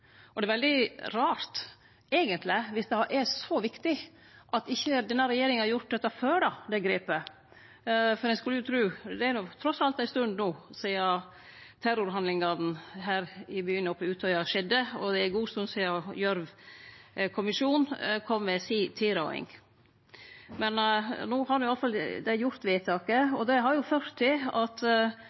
Det er eigentleg veldig rart – viss det er så viktig – at denne regjeringa ikkje har teke dette grepet før, for det er trass alt ei stund sidan terrorhandlingane her i byen og på Utøya skjedde, og det er ei god stund sidan Gjørv-kommisjonen kom med si tilråding. Men no har dei i alle fall gjort vedtaket, og det har ført til at